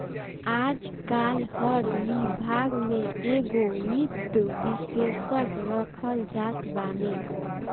आजकाल हर विभाग में एगो वित्त विशेषज्ञ रखल जात बाने